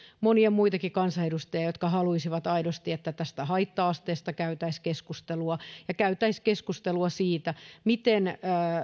monia muitakin kansanedustajia jotka haluaisivat aidosti että haitta asteesta käytäisiin keskustelua ja käytäisiin keskustelua siitä miten